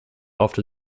often